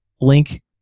Link